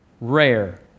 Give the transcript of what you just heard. rare